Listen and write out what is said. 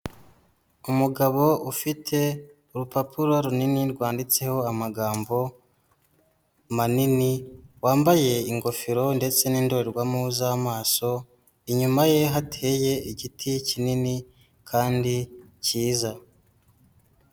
Umugabo ufite urupapuro runini rwanditseho amagambo manini wambaye ingofero ndetse nindorerwamo z'amaso, inyuma ye hateye igiti kinini kandi cyiza.